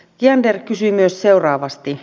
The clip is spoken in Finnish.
kiander kysyi myös seuraavasti